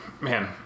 Man